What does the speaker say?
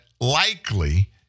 likely